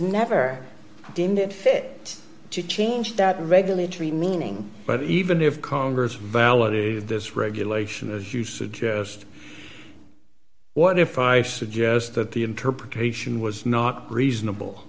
never deemed it fit to change that regulatory meaning but even if congress validated this regulation as you suggest what if i suggest that the interpretation was not reasonable